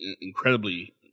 incredibly